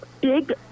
big